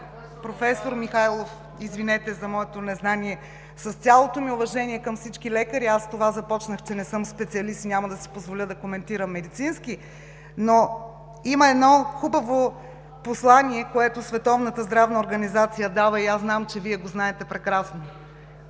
Професор Михайлов, извинете за моето незнание. С цялото ми уважение към всички лекари – с това започнах, че не съм специалист и няма да си позволя да коментирам медицински, но има едно хубаво послание, което Световната здравна организация дава и аз знам, че Вие го знаете прекрасно: